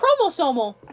Chromosomal